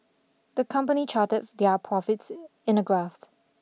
the company charted their profits in a graphs